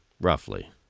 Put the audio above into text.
Roughly